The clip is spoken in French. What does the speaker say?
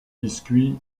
biscuits